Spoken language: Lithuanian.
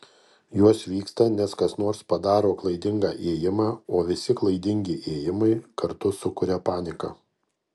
jos vyksta nes kas nors padaro klaidingą ėjimą o visi klaidingi ėjimai kartu sukuria paniką